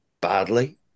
badly